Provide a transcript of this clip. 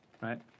right